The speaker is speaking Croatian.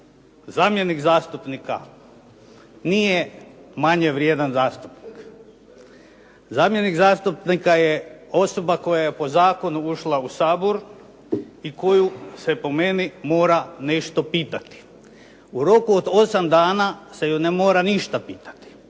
zamjenik zastupnika nije manje vrijedan zastupnik. Zamjenik zastupnika je osoba koja je po zakonu ušla u Sabor i koju se po meni mora nešto pitati. U roku od 8 dana se ju ne mora ništa pitati.